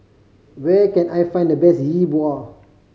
where can I find the best Yi Bua